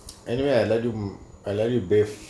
anyway I let you mm I let you be if